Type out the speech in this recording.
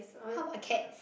how about cat